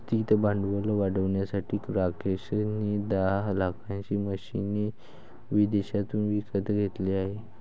स्थिर भांडवल वाढवण्यासाठी राकेश ने दहा लाखाची मशीने विदेशातून विकत घेतले आहे